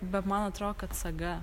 bet man atro kad saga